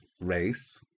race